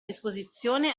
disposizione